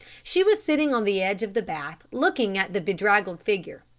she was sitting on the edge of the bath looking at the bedraggled figure.